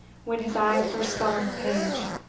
when his eye first fell on the page.